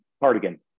cardigan